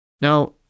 Now